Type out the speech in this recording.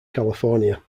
california